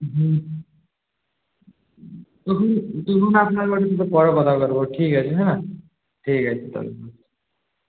হুম আপনার সাথে পরে কথা বলবো ঠিক আছে হ্যাঁ ঠিক আছে তাহলে